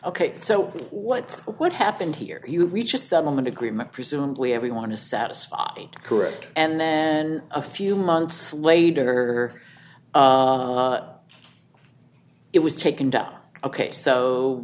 ok so what what happened here you reach a settlement agreement presumably everyone is satisfied and correct and then a few months later it was taken down ok so